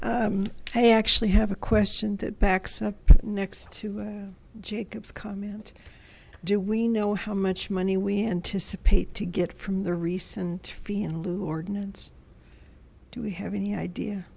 johnson i actually have a question that backs up next to jacob's comment do we know how much money we anticipate to get from the recent fee in lieu ordinance do we have any idea